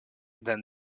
than